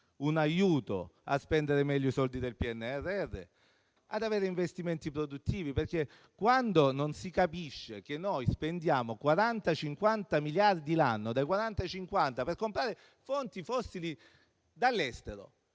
un aiuto a spendere meglio i soldi del PNRR, per avere investimenti produttivi. Se non capite che spendiamo 40-50 miliardi l'anno per comprare fonti fossili dall'estero